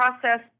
process